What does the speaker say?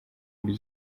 buryo